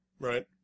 Right